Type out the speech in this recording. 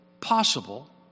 possible